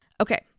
Okay